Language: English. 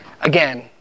Again